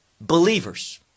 believers